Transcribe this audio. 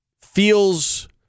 feels